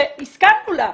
שהסכמנו לה,